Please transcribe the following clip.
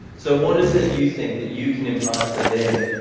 so what is it you think that you can impart to them?